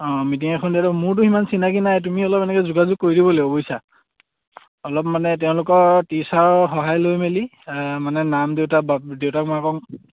অঁ মিটিং এখন দিয়েত মোৰতো সিমান চিনাকি নাই তুমি অলপ এনেকে যোগাযোগ কৰিব লাগিব বুইছা অলপ মানে তেওঁলোকৰ টিচাৰৰ সহায় লৈ মেলি মানে নাম দেউতা দেউতাক মই